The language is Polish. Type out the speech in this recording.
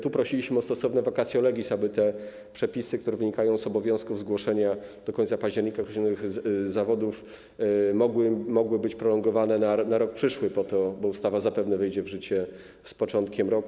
Tu prosiliśmy o stosowne vacatio legis, aby te przepisy, które wynikają z obowiązku zgłoszenia do końca października określonych zawodów, mogły być prolongowane na rok przyszły, bo ustawa zapewne wejdzie w życie z początkiem roku.